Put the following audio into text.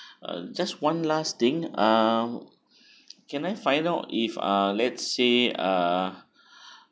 uh just one last thing uh can I find out if uh let's say uh